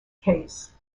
case